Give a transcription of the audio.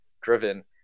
driven